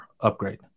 upgrade